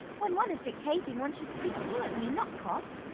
when one is dictating one should speak fluently and not cough.